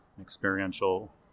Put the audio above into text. experiential